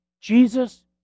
Jesus